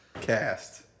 Cast